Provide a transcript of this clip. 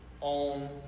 on